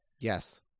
Yes